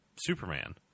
Superman